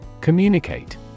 Communicate